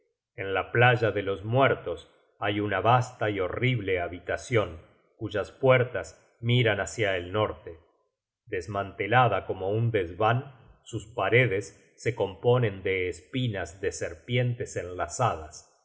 en la playa de los muertos hay una vasta y horrible habitacion cuyas puertas miran hácia el norte desmantelada como un desvan sus paredes se componen de espinas de serpientes enlazadas cuyas